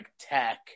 tech